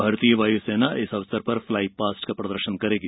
भारतीय वायुसेना इस अवसर पर फ्लाई पास्ट का प्रदर्शन करेगी